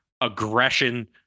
aggression